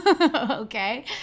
okay